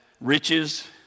riches